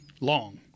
long